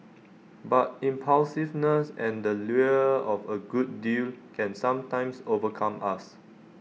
but impulsiveness and the lure of A good deal can sometimes overcome us